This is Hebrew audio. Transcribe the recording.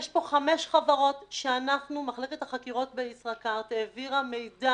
יש פה חמש חברות שמחלקת החקירות בישראכרט העבירה מידע,